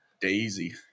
Daisy